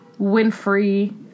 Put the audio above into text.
Winfrey